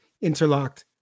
interlocked